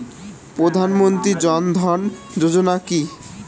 প্রধান মন্ত্রী জন ধন যোজনা কি?